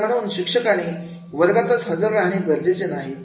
तर म्हणून शिक्षकाने वर्गातच हजर राहणे गरजेचे नाही